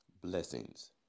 Blessings